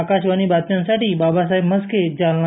आकाशवाणी भाषांसाठी बाबासाहेब मस्के जालना